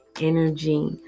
energy